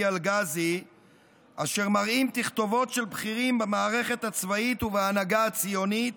אלגזי אשר מראים תכתובות של בכירים במערכת הצבאית ובהנהגה הציונית